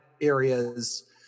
areas